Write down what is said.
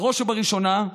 בראש ובראשונה,